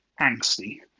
angsty